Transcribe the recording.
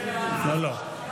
לא לא,